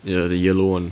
ya the yellow [one]